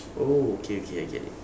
oh okay okay I get it